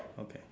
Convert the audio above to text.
okay